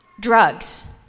drugs